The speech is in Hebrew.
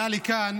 עלה לכאן